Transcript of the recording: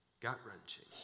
gut-wrenching